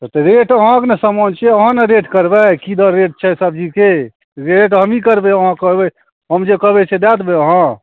तऽ रेट अहाँके ने समान छिए अहाँ ने रेट करबै कि दर रेट छै सब्जीके रेट हमही करबै हम जे कहबै से दऽ देबै अहाँ